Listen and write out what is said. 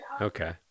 Okay